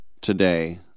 today